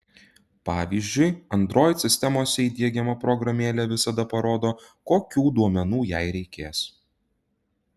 pavyzdžiui android sistemose įdiegiama programėlė visada parodo kokių duomenų jai reikės